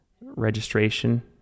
registration